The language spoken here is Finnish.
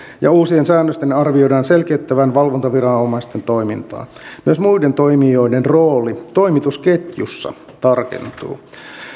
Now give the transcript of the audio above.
ja uusien säännösten arvioidaan selkeyttävän valvontaviranomaisten toimintaa myös muiden toimijoiden rooli toimitusketjussa tarkentuu